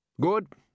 Good